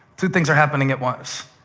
two things are happening at once.